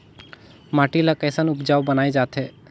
माटी ला कैसन उपजाऊ बनाय जाथे?